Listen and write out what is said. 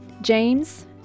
James